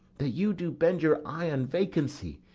that you do bend your eye on vacancy,